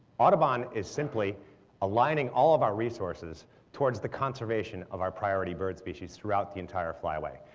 audubon is simply aligning all of our resources towards the conservation of our priority bird species throughout the entire flyway.